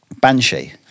Banshee